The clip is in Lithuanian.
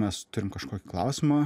mes turim kažkokį klausimą